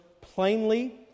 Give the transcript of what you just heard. plainly